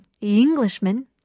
Englishman